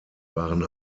waren